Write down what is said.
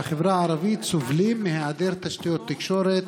בחברה הערבית סובלים מהיעדר תשתיות תקשורת,